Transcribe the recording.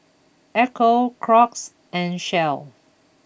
Ecco Crocs and Shell